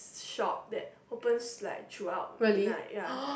shops that opens like throughout midnight ya